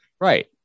Right